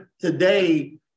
today